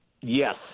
Yes